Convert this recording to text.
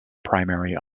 primary